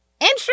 Entry